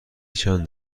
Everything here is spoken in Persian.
چند